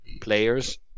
players